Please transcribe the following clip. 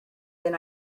then